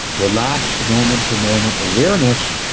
relaxed moment to moment awareness,